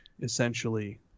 essentially